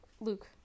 Luke